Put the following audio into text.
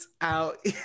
out